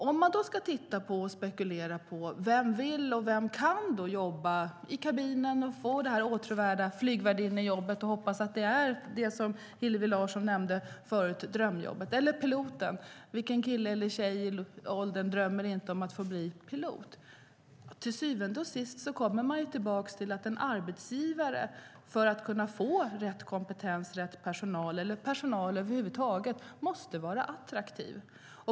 Om vi tittar på och spekulerar om vem som vill och kan jobba i kabinen, vem som får det åtråvärda flygvärdinnejobbet och hoppas att det är det drömjobb som Hillevi Larsson talade om, eller blir pilot - vilken kille eller tjej drömmer inte om att bli pilot? - kommer vi till syvende och sist tillbaka till att en arbetsgivare för att få rätt kompetens, rätt personal, eller personal över huvud taget, måste vara attraktiv.